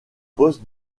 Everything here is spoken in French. poste